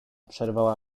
przerwała